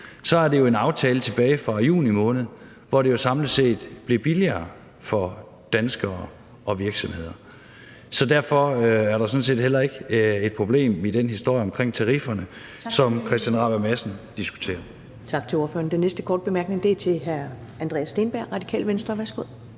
er det jo en aftale tilbage fra juni måned, hvor det samlet set blev billigere for danskere og virksomheder. Så derfor er der sådan set heller ikke et problem i den historie omkring tarifferne, som hr. Christian Rabjerg Madsen diskuterer.